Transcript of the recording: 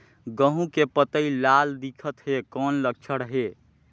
गहूं के पतई लाल दिखत हे कौन लक्षण हे?